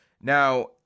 Now